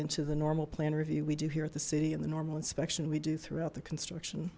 into the normal plan review we do here at the city and the normal inspection we do throughout the construction